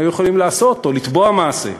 הם היו יכולים לעשות או לתבוע מעשה.